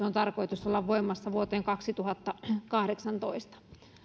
on tarkoitus olla voimassa vuoteen kaksituhattakahdeksantoista